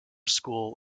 school